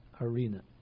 arena